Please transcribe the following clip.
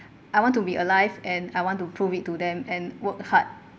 I want to be alive and I want to prove it to them and work hard